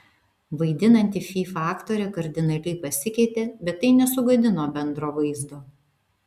vaidinanti fyfą aktorė kardinaliai pasikeitė bet tai nesugadino bendro vaizdo